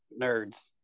nerds